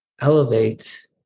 elevate